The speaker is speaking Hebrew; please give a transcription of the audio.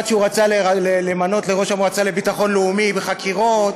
אחד שהוא רצה למנות לראש המועצה לביטחון לאומי בחקירות.